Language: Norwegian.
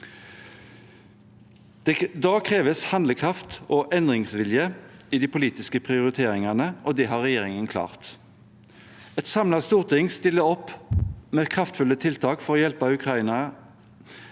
Da kreves handlekraft og endringsvilje i de politiske prioriteringene, og det har regjeringen klart. Et samlet storting stiller opp med kraftfulle tiltak for å hjelpe Ukraina.